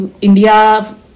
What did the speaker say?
India